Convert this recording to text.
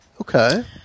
Okay